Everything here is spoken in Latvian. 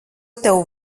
tev